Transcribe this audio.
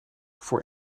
voor